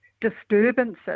disturbances